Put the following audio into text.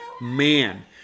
man